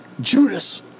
Judas